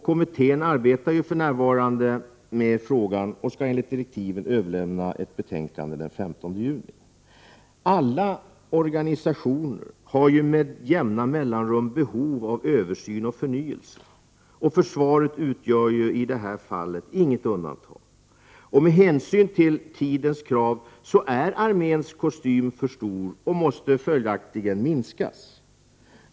Kommittén arbetar för närvarande med frågan och skall enligt direktiven avge ett betänkande den 15 juni. I alla organisationer finns det ju med jämna mellanrum ett behov av översyn och förnyelse. Försvaret utgör inte något undantag i det fallet. Med hänsyn till tidens krav är arméns kostym för stor. Följaktligen måste den göras mindre.